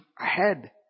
ahead